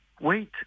wait